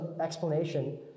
explanation